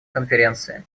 конференции